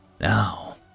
Now